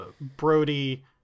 brody